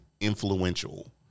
influential